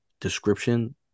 description